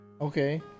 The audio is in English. Okay